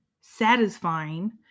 satisfying